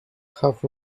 half